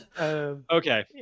Okay